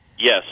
Yes